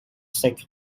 sick